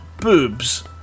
boobs